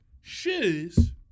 Shiz